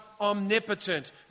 omnipotent